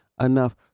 enough